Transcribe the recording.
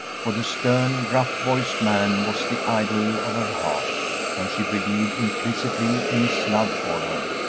for the stern, gruff-voiced man was the idol of her heart and she believed implicitly in his love for her,